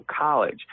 college